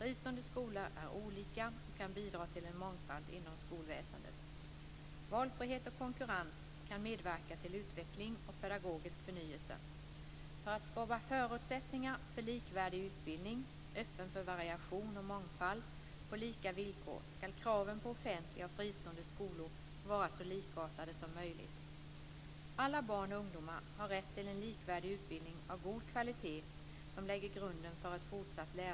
Fristående skolor är olika och kan bidra till en mångfald inom skolväsendet. Valfrihet och konkurrens kan medverka till utveckling och pedagogisk förnyelse. För att skapa förutsättningar för likvärdig utbildning, öppen för variation och mångfald, på lika villkor ska kraven på offentliga och fristående skolor vara så likartade som möjligt. Alla barn och ungdomar har rätt till en likvärdig utbildning av god kvalitet som lägger grunden för ett fortsatt lärande.